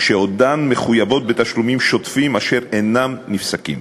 כשעודן מחויבות בתשלומים שוטפים אשר אינם נפסקים.